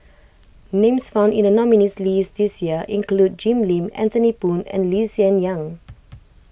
names found in the nominees' list this year include Jim Lim Anthony Poon and Lee Hsien Yang